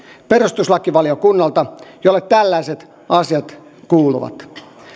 perustuslakivaliokunnalta jolle tällaiset asiat kuuluvat